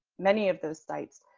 many of those sites.